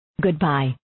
Goodbye